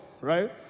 right